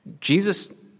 Jesus